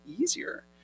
easier